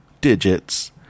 digits